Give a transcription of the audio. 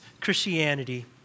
Christianity